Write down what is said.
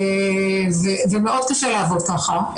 זה מאוד קשה לעבוד ככה,